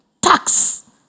tax